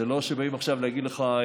זה לא שבאים עכשיו להגיד לך,